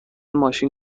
ماشین